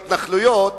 ראינו אפילו בהתנחלויות,